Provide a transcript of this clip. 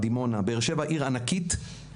דימונה באר שבע היא עיר ענקית בפריפריה.